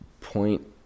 point